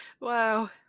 Wow